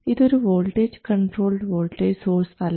ഇതൊരു voltage controlled voltage source അല്ല